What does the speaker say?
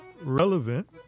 relevant